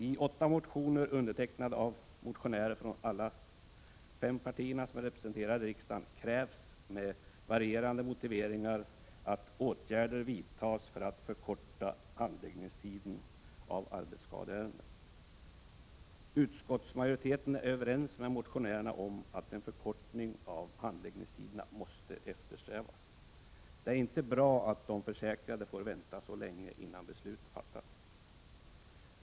I åtta motioner — undertecknade av motionärer från alla fem partier som är representerade i riksdagen — krävs med varierande motiveringar att åtgärder vidtas för att förkorta handläggningstiden av arbetsskadeärenden. Utskottsmajoriteten är överens med motionärerna om att en förkortning av handläggningstiderna måste eftersträvas. Det är inte bra att de försäkrade får vänta så länge innan beslut fattas.